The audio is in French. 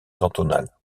cantonales